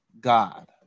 God